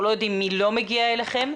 אנחנו לא יודעים מי לא מגיע אליכם.